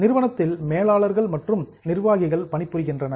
நிறுவனத்தில் மேலாளர்கள் மற்றும் நிர்வாகிகள் பணிபுரிகின்றனர்